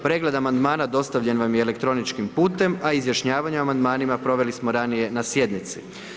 Pregled amandmana dostavljen vam je elektroničkim putem, a izjašnjavanje o amandmanima proveli smo ranije na sjednici.